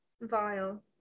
Vile